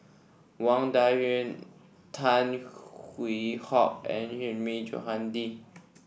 Wang Dayuan Tan Hwee Hock and Hilmi Johandi